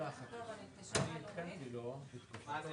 אנחנו לא דיברנו על ה-50 מיליון שזרקתם שם בלי